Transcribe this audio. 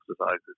exercises